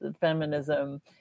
feminism